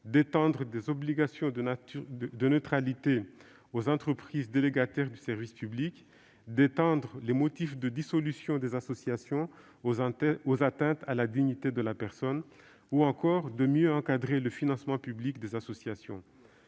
d'étendre des obligations de neutralité aux entreprises délégataires du service public, d'étendre les motifs de dissolution des associations aux atteintes à la dignité de la personne, ou encore de mieux encadrer le financement public des associations.